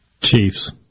Chiefs